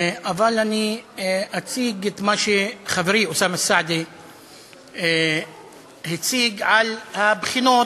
אבל אני אציג את מה שחברי אוסאמה סעדי הציג על הבחינות